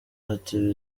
ati